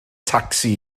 tacsi